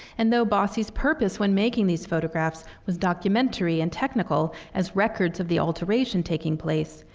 and though bosse's purpose when making these photographs was documentary and technical as records of the alteration taking place,